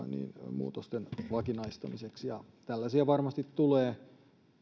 muutosten vakinaistamiseksi ja tällaisia varmasti tulee